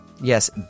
Yes